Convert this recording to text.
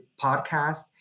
podcast